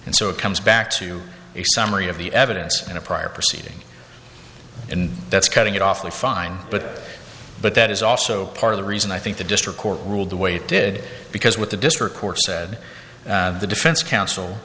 and so it comes back to you a summary of the evidence in a prior proceeding and that's cutting it off the fine but but that is also part of the reason i think the district court ruled the way it did because what the district court said the defense counsel